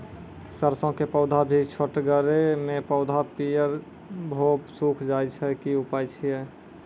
सरसों के पौधा भी छोटगरे मे पौधा पीयर भो कऽ सूख जाय छै, की उपाय छियै?